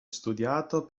studiato